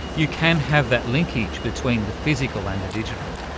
you can have that linkage between the physical and the digital.